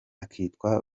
akitwa